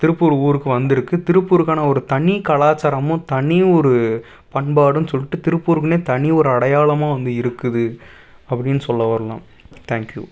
திருப்பூர் ஊருக்கு வந்துருக்கு திருப்பூருக்கான ஒரு தனி கலாச்சாரமும் தனி ஒரு பண்பாடுனு சொல்லிட்டு திருப்பூருக்குனே தனி ஒரு அடையாளமாக வந்து இருக்குது அப்படினு சொல்ல வர்லாம் தேங்க்யூ